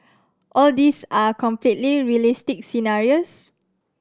all these are completely realistic scenarios